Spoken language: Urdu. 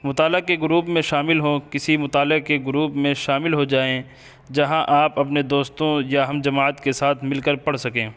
مطالعہ کے گروپ میں شامل ہوں کسی مطالعہ کے گروپ میں شامل ہو جائیں جہاں آپ اپنے دوستوں یا ہم جماعت کے ساتھ مل کر پڑھ سکیں